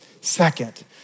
Second